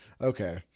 Okay